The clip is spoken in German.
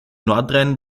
nordrhein